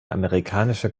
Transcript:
amerikanische